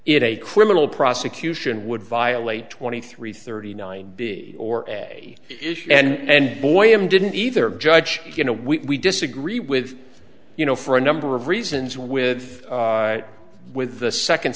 in a criminal prosecution would violate twenty three thirty nine b or issue and boy am didn't either judge you know we disagree with you know for a number of reasons with with the second